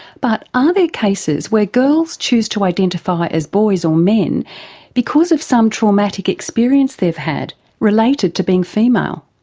but are ah there cases where girls choose to identify as boys or men because of some traumatic experience they've had related to being female?